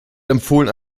empfohlen